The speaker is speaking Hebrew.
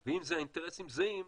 אם זה אינטרסים זהים,